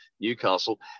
Newcastle